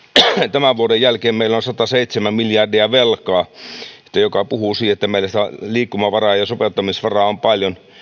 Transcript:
tämän vuoden jälkeen meillä on sataseitsemän miljardia velkaa niin että joka puhuu sitä että meillä liikkumavaraa ja sopeuttamisvaraa on paljon